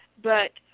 but,